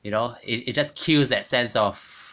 you know it it just kills that sense of